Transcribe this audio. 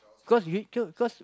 cause you no cause